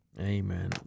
Amen